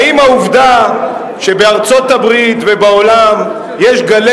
האם העובדה שבארצות-הברית ובעולם יש גלי